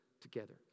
together